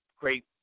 great